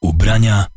Ubrania